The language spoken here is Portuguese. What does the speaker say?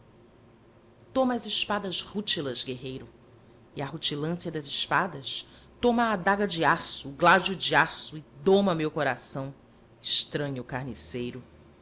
toma as espadas rútilas guerreiro e à rutilância das espadas toma a adaga de aço o gládio de aço e doma meu coração estranho carniceiro